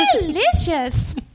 delicious